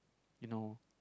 you know